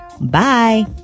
bye